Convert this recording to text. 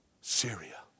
Syria